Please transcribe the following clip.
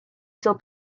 still